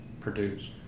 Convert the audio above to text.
produce